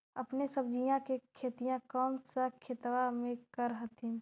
अपने सब्जिया के खेतिया कौन सा खेतबा मे कर हखिन?